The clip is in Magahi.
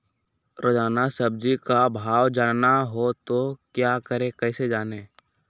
रोजाना सब्जी का भाव जानना हो तो क्या करें कैसे जाने?